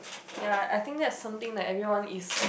ya I think that's like something everyone is